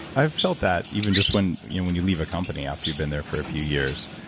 i felt that, even just when you know when you leave a company after you've been there for a few years.